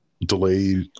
delayed